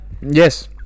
Yes